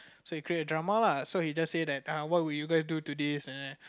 so he create a drama lah so he just said that what would you guys do to this and then